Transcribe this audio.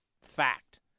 Fact